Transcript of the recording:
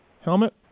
helmet